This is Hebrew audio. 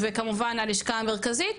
וכמובן הלשכה המרכזית,